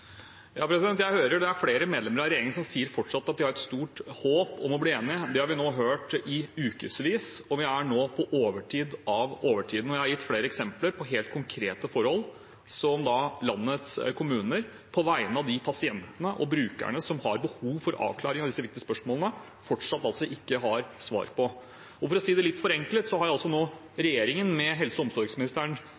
Ja, jeg hører at det er flere medlemmer av regjeringen som fortsatt sier at de har et stort håp om å bli enige. Det har vi nå hørt i ukevis, og vi er nå på overtid av overtiden. Jeg har gitt flere eksempler på helt konkrete forhold som landets kommuner, på vegne av de pasientene og brukerne som har behov for avklaring av disse viktige spørsmålene, fortsatt altså ikke har fått svar på. For å si det litt forenklet: Regjeringen har